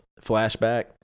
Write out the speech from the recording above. flashback